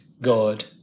God